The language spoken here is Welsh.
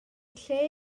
lle